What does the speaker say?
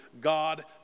God